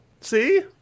see